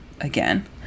again